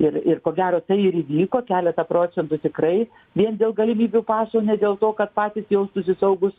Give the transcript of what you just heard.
ir ir ko gero tai ir įvyko keletą procentų tikrai vien dėl galimybių paso o ne dėl to kad patys jaustųsi saugūs